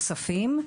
נוספים.